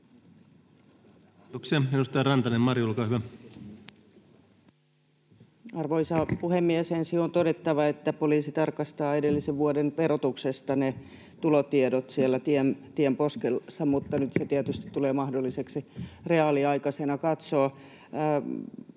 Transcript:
Arvoisa puhemies! Ensin on todettava, että poliisi tarkastaa edellisen vuoden verotuksesta ne tulotiedot siellä tienposkessa, mutta nyt se tietysti tulee mahdolliseksi katsoa reaaliaikaisena.